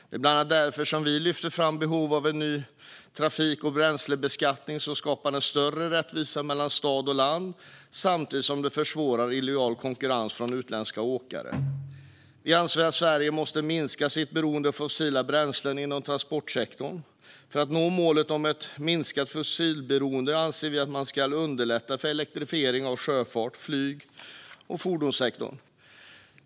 Det är bland annat därför som vi lyfter fram behovet av en ny trafik och bränslebeskattning som skapar en större rättvisa mellan stad och land samtidigt som den försvårar illojal konkurrens från utländska åkare. Vi anser att Sverige måste minska sitt beroende av fossila bränslen inom transportsektorn. För att nå målet om ett minskat fossilberoende anser vi att man ska underlätta för elektrifiering av sjöfarten, flyget och fordonssektorn.